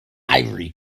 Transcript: ivory